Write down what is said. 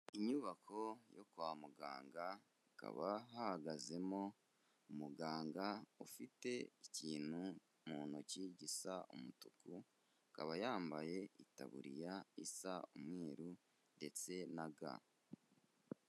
Inyubako yo kwa muganga hakaba hahagazemo umuganga ufite ikintu mu ntoki gisa umutuku, akaba yambaye itaburiya isa umweru ndetse na ga.